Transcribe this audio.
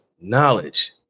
knowledge